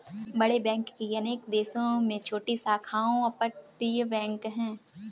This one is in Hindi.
बड़े बैंक की अनेक देशों में छोटी शाखाओं अपतटीय बैंक है